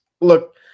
Look